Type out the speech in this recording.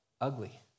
ugly